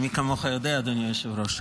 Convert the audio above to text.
מי כמוך יודע, אדוני היושב-ראש.